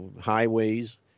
highways